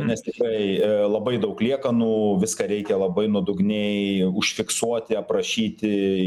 nes tikrai labai daug liekanų viską reikia labai nuodugniai užfiksuoti aprašyti